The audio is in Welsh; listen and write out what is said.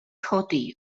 codi